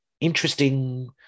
interesting